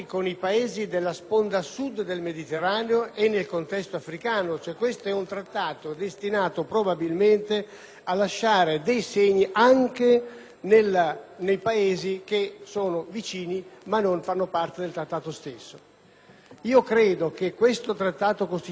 a lasciare dei segni anche nei Paesi che sono vicini ma non fanno parte del Trattato stesso. Credo che questo Trattato costituisca il punto di arrivo di negoziazioni portate avanti da Governi di diverso colore politico